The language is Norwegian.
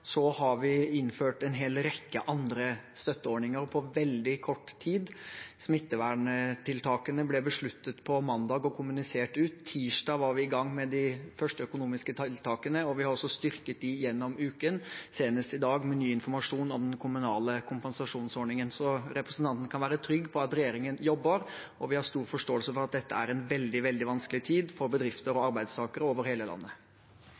har innført en hel rekke andre støtteordninger på veldig kort tid. Smitteverntiltakene ble besluttet på mandag og kommunisert ut. Tirsdag var vi i gang med de første økonomiske tiltakene, og vi har også styrket dem gjennom uken, senest i dag med ny informasjon om den kommunale kompensasjonsordningen. Representanten kan være trygg på at regjeringen jobber, og vi har stor forståelse for at dette er en veldig, veldig vanskelig tid for bedrifter og arbeidstakere over hele landet.